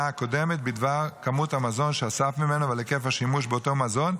הקודמת בדבר כמות המזון שאסף ממנו ועל היקף השימוש באותו מזון,